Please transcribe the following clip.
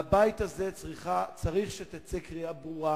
מהבית הזה צריך שתצא קריאה ברורה